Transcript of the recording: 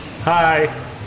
Hi